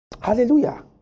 Hallelujah